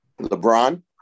LeBron